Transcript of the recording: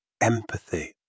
empathy